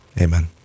Amen